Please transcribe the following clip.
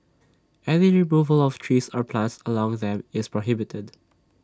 any removal of trees or plants along them is prohibited